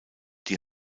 die